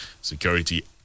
security